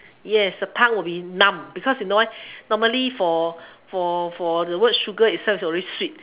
yes the tongue will be numb because you know why normally for for for the word sugar itself already sweet